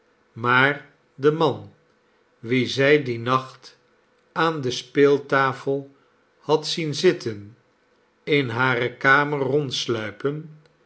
maar de man wien zij dien nacht aan de speeltafel had zien zitten in hare kamer rondsluipen